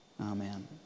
Amen